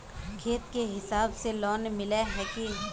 खेत के हिसाब से लोन मिले है की?